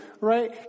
Right